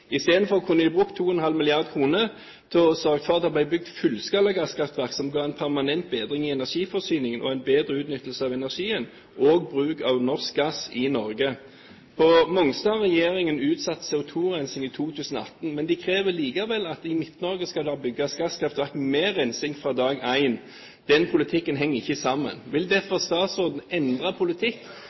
kunne den brukt 2,5 mrd. kr til å sørge for at det ble bygd fullskala gasskraftverk som ga en permanent bedring i energiforsyningen, en bedre utnyttelse av energien og bruk av norsk gass i Norge. På Mongstad har regjeringen utsatt CO2-rensingen til 2018, men den krever likevel at det i Midt-Norge skal bygges gasskraftverk med rensing fra dag én. Den politikken henger ikke sammen. Vil statsråden endre politikk